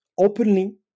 openly